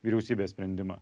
vyriausybės sprendimą